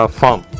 farm